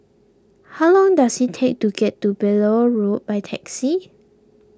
how long does it take to get to Beaulieu Road by taxi